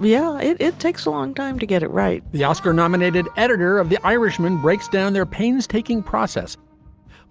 yeah, it it takes a long time to get it right. the oscar nominated editor of the irishman breaks down their painstaking process